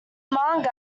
manga